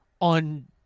On